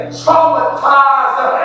traumatized